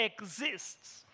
exists